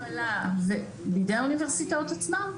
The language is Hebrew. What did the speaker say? בידי האוניברסיטאות עצמן.